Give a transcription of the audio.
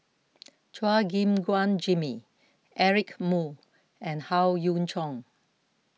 Chua Gim Guan Jimmy Eric Moo and Howe Yoon Chong